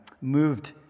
moved